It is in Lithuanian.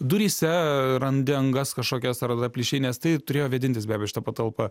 duryse randi angas kažkokias ar tada plyšiai nes taip turėjo vėdintis be abejo šita patalpa